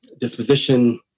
disposition